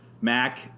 Mac